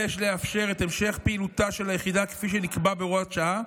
יש לאפשר את המשך פעילותה של היחידה כפי שנקבע בהוראת השעה.